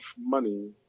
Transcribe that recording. money